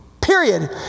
Period